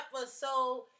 episode